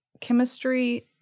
chemistry